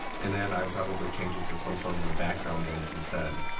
and then i'd probably change this to some sort of a background image instead.